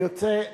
כמה זה היום?